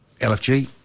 LFG